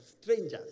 strangers